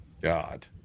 God